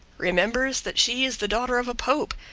remembers that she is the daughter of a pope,